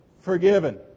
forgiven